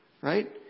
right